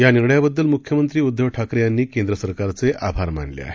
या निर्णयाबद्दल मुख्यमंत्री उद्धव ठाकरे यांनी केंद्र सरकारचे आभार मानले आहेत